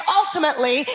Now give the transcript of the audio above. ultimately